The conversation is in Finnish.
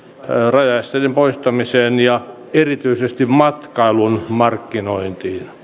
rajaesteiden poistamiseen ja erityisesti matkailun markkinointiin se